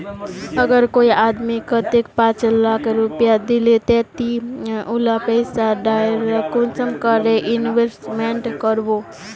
अगर कोई आदमी कतेक पाँच लाख रुपया दिले ते ती उला पैसा डायरक कुंसम करे इन्वेस्टमेंट करबो?